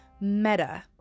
meta